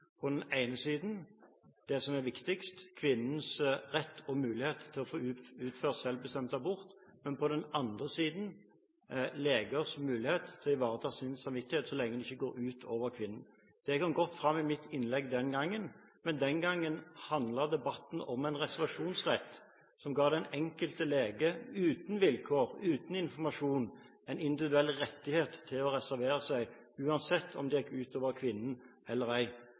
På den ene siden det som er viktigst, kvinnens rett og mulighet til å få utført selvbestemt abort, men på den andre siden legers mulighet til å ivareta sin samvittighet så lenge det ikke går ut over kvinnen. Det kom godt fram i mitt innlegg den gangen, men den gangen handlet debatten om en reservasjonsrett som ga den enkelte lege – uten vilkår, uten informasjon – en individuell rettighet til å reservere seg, uansett om det gikk ut over kvinnen eller